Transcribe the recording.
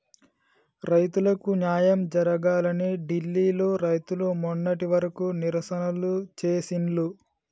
రైతులకు న్యాయం జరగాలని ఢిల్లీ లో రైతులు మొన్నటి వరకు నిరసనలు చేసిండ్లు